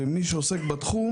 ושמי שעוסק בתחום